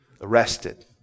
arrested